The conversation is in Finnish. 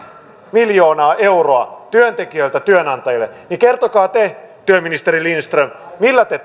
miljoonaa euroa työntekijöiltä työnantajille niin kertokaa te työministeri lindström millä te